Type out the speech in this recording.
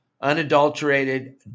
unadulterated